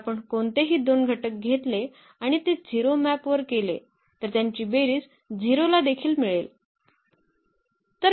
जर आपण कोणतेही दोन घटक घेतले आणि ते 0 वर मॅप केले तर त्यांची बेरीज 0 ला देखील मिळेल